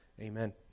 Amen